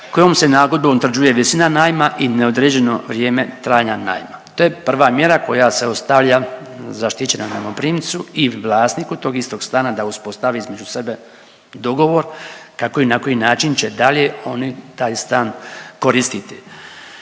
kojom se nagodbom utvrđuje visina najma i neodređeno vrijeme trajanja najma. To je prva mjera koja se ostavlja zaštićenom najmoprimcu ili vlasniku tog istog stana da uspostavi između sebe dogovor kako i na koji način će dalje oni taj stan koristiti.